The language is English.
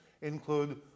include